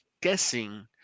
guessing